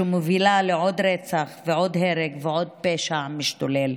שמובילות לעוד רצח ועוד הרג ועוד פשע משתולל.